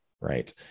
right